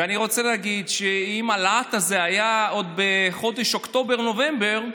ואני רוצה להגיד שאם הלהט הזה היה עוד בחודשים אוקטובר נובמבר,